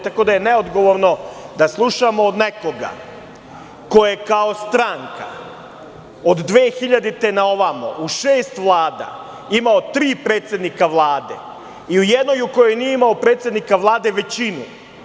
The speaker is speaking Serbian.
Tako je da je neodgovorno da slušamo od nekoga, ko je kao stranka od 2000. na ovamo u šest vlada imao tri predsednika Vlade i u jednoj, u kojoj nije imao predsednika Vlade, većinu.